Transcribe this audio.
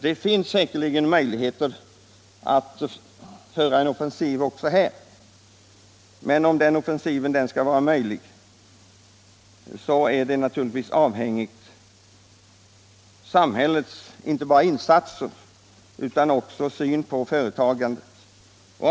Det finns säkerligen möjligheter att vara offensiv också på detta område, men om det skall bli möjligt beror naturligtvis i hög grad på samhällets insatser och syn på företagen. Herr talman!